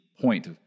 point